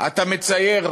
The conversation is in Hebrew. אתה מצייר